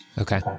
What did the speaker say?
Okay